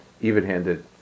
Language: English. even-handed